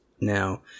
Now